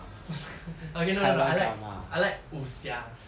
okay no no no I like I like 武侠